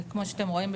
כמו שאתם רואים,